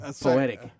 poetic